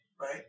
right